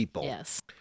Yes